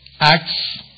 Acts